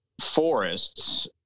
forests